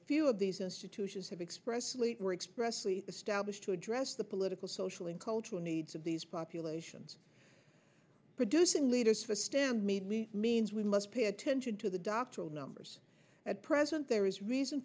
a few of these institutions have expressly were expressed we've established to address the political social and cultural needs of these populations producing leaders for stand made means we must pay attention to the doctoral numbers at present there is reason